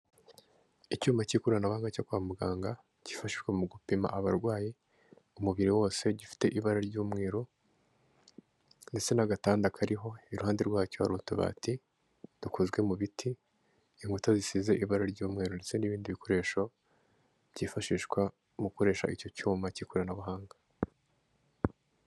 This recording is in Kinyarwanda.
Icyuma k'ikoranabuhanga cyo kwa muganga kifashishwa mu gupima abarwayi umubiri wose, gifite ibara ry'umweru ndetse n'agatanda kariho, iruhande rwacyo hari utubati dukozwe mu biti, inkuta zisize ibara ry'umweru ndetse n'ibindi bikoresho byifashishwa mu gukoresha icyo cyuma k'ikoranabuhanga.